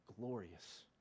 glorious